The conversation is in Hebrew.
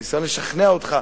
או הניסיון לשכנע אותך